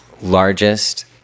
largest